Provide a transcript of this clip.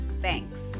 Thanks